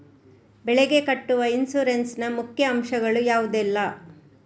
ಬೆಳೆಗೆ ಕಟ್ಟುವ ಇನ್ಸೂರೆನ್ಸ್ ನ ಮುಖ್ಯ ಅಂಶ ಗಳು ಯಾವುದೆಲ್ಲ?